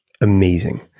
Amazing